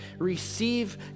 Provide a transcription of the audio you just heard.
receive